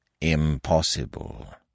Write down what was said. Impossible